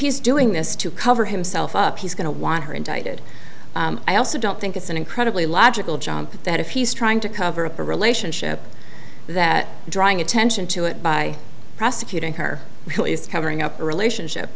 he's doing this to cover himself up he's going to want her indicted i also don't think it's an incredibly logical jump that if he's trying to cover up a relationship that drawing attention to it by prosecuting her who is covering up the relationship